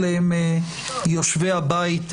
אלה הם יושבי הבית,